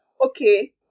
okay